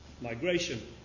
Migration